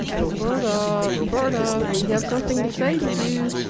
roberta, roberta, we have something to say to you.